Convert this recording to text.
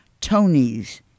Tonys